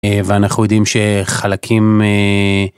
ואנחנו יודעים שחלקים.